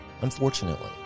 Unfortunately